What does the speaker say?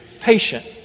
Patient